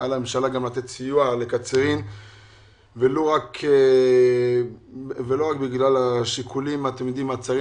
על הממשלה גם לתת סיוע לקצרין ולא רק בגלל השיקולים הצרים